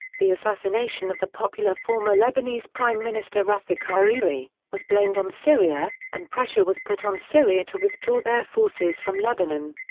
the assassination of the popular former lebanese prime minister rafik hariri, was blamed on syria, and pressure was put on syria to withdraw their forces from lebanon.